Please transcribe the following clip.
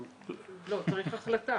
לא, צריך החלטה